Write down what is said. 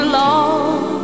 long